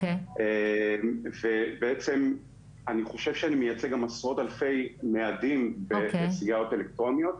אני חושב שאני מייצג גם עשרות אלפי מאדים בסיגריות אלקטרוניות.